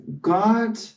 God